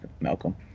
Malcolm